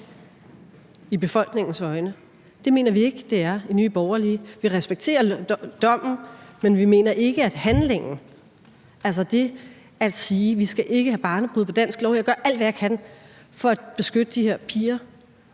i befolkningens øjne? Det mener vi i Nye Borgerlige ikke det er. Vi respekterer dommen, men vi mener ikke, at handlingen – altså det at sige, at vi ikke skal have barnebrude på dansk jord; jeg gør alt, hvad jeg kan, for at beskytte de her piger